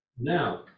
now